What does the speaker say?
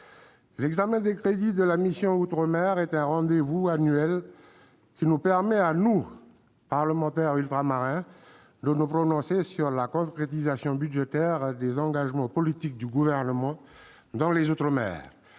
L'examen des crédits de la mission « Outre-mer » est un rendez-vous annuel qui nous permet à nous, parlementaires ultramarins, de nous prononcer sur la concrétisation budgétaire des engagements politiques du Gouvernement dans les outre-mer,